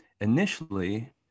initially